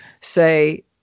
say